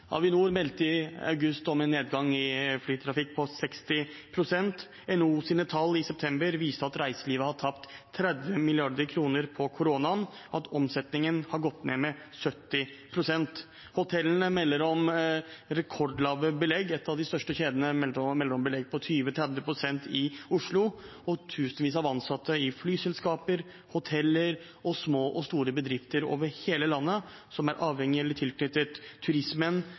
Avinor meldte i august om en nedgang i flytrafikken på 60 pst., NHOs tall i september viser at reiselivet har tapt 30 mrd. kr på koronaen, og at omsetningen har gått ned med 70 pst. Hotellene melder om rekordlave belegg, en av de største kjedene melder om et belegg på 20–30 pst. i Oslo, og tusenvis av ansatte i flyselskaper, hoteller og små og store bedrifter over hele landet som er avhengige av eller tilknyttet turismen,